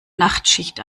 nachtschicht